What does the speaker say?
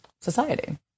society